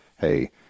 hey